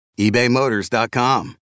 eBayMotors.com